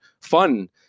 fun